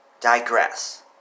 digress